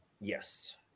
yes